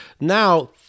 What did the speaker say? Now